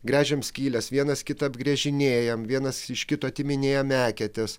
gręžiam skyles vienas kitą apgręžinėjam vienas iš kito atiminėjam eketes